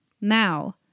Now